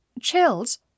chills